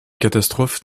catastrophes